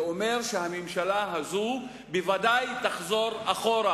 זה אומר שהממשלה הזאת בוודאי תחזור אחורה,